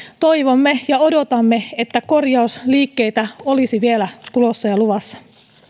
toivomme ja odotamme että korjausliikkeitä olisi vielä tulossa ja luvassa